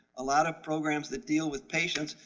a lot of programs that deal with patients,